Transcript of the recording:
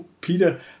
Peter